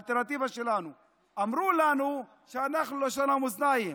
אמרו לנו שאנחנו לשון המאזניים.